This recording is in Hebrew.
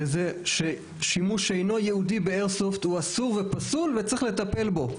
לזה ששימוש שאינו ייעודי באיירסופט הוא אסור ופסול וצריך לטפל בו,